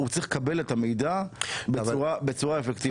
הוא צריך לקבל את המידע בצורה אפקטיבית.